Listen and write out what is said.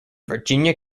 virginia